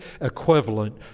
equivalent